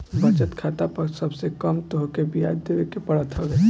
बचत खाता पअ सबसे कम तोहके बियाज देवे के पड़त हवे